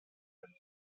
rapidu